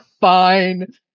fine